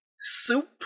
soup